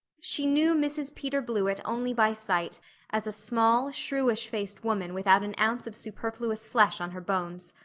she knew mrs. peter blewett only by sight as a small, shrewish-faced woman without an ounce of superfluous flesh on her bones.